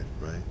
right